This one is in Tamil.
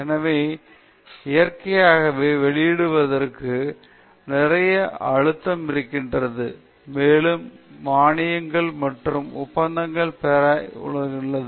எனவே இயற்கையாகவே வெளியிடுவதற்கு நிறைய அழுத்தம் இருக்கிறது மேலும் மானியங்கள் மற்றும் ஒப்பந்தங்களைப் பெறவும் உள்ளது